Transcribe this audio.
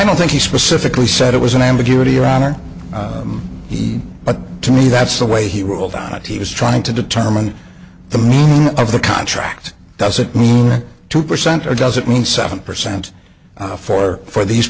don't think he specifically said it was an ambiguity around or he but to me that's the way he ruled on it he was trying to determine the meaning of the contract doesn't mean that two percent or doesn't mean seven percent for for these